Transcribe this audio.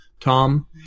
Tom